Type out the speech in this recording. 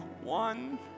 One